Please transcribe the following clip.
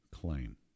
claim